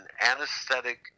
anesthetic